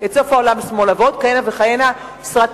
את "סוף העולם שמאלה" ועוד כהנה וכהנה סרטים